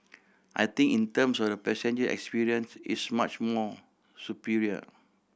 I think in terms of the passenger experience it's much more superior